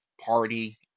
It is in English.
party